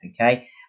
Okay